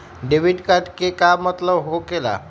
Debit card के का मतलब होकेला?